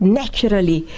naturally